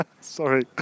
Sorry